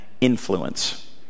influence